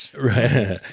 right